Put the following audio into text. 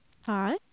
Hi